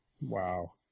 Wow